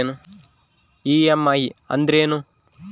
EMI ಅಂದ್ರೇನು?